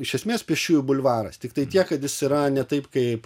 iš esmės pėsčiųjų bulvaras tiktai tiek kad jis yra ne taip kaip